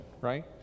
right